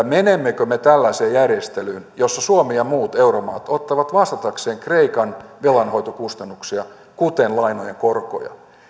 menemmekö me tällaiseen järjestelyyn jossa suomi ja muut euromaat ottavat vastatakseen kreikan velanhoitokustannuksia kuten lainojen korkoja